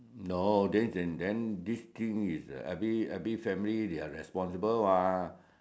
no this thing is every family they're responsible what